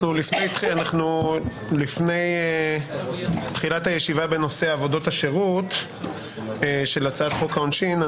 אנחנו לפני תחילת הישיבה בנושא עבודות השרות של הצעת חוק העונשין,